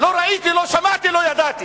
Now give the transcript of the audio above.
לא ראיתי, לא שמעתי, לא ידעתי,